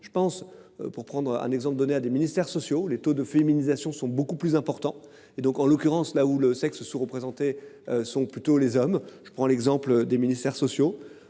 je pense, pour prendre un exemple donné à des ministères sociaux. Les taux de féminisation sont beaucoup plus importants et donc en l'occurrence là où le sexe sous-représenté sont plutôt les hommes. Je prends l'exemple des ministères sociaux